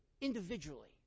individually